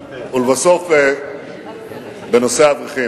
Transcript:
ולבסוף, בנושא האברכים.